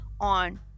on